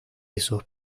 esos